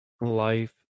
life